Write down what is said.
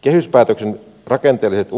kehyspäätöksen rakenteelliset